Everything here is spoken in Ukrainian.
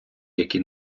які